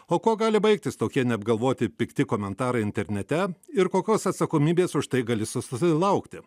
o kuo gali baigtis tokie neapgalvoti pikti komentarai internete ir kokios atsakomybės už tai gali susilaukti